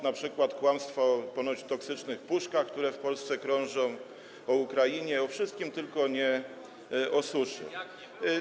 np. kłamstwa o ponoć toksycznych puszkach, które w Polsce krążą, o Ukrainie, o wszystkim, tylko nie o suszy.